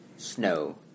Snow